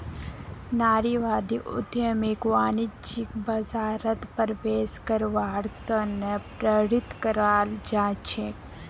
नारीवादी उद्यमियक वाणिज्यिक बाजारत प्रवेश करवार त न प्रेरित कराल जा छेक